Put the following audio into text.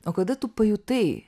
o kada tu pajutai